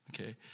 okay